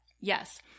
yes